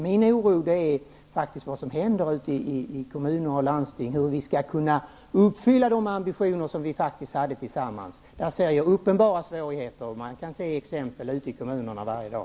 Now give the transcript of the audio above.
Min oro gäller faktiskt vad som händer ute i kommuner och landsting och hur vi skall kunna leva upp till de ambitioner som vi hade tillsammans. Där ser jag uppenbara svårigheter. Man kan se exempel ute i kommunerna varje dag.